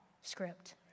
script